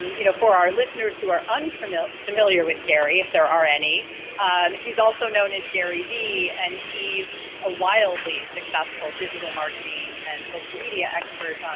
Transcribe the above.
you know, for our listeners who are unfamiliar unfamiliar with gary if there are any he's also known as gary vee, and he's a wildly successful digital marketing and social media expert,